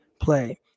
play